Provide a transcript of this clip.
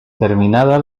terminada